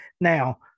Now